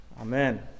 Amen